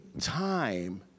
time